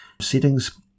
settings